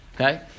Okay